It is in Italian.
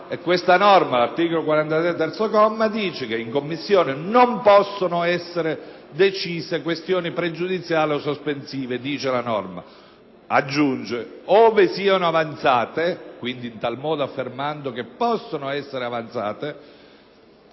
questa norma, l'articolo 43, terzo comma, dice: «In Commissione non possono essere decise questioni pregiudiziali o sospensive». La norma aggiunge: «Ove siano avanzate» - in tal modo affermando che possono essere avanzate